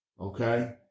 Okay